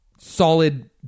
solid